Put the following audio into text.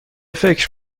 فکر